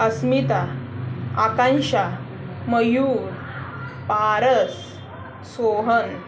Asmita Akanksha Mayur Paras Sohan